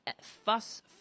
Fuss